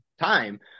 time